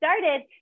started